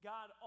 God